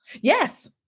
Yes